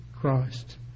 Christ